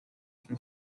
from